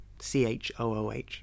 CHOOH